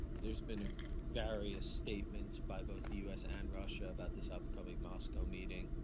there's been various statements by both the u s. and russia about this upcoming moscow meeting.